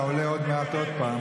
אתה עולה עוד מעט עוד פעם,